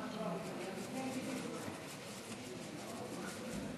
נא לשבת.